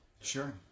Sure